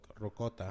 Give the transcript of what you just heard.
rocota